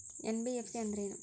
NBFC ಅಂದ್ರೇನು?